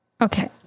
Okay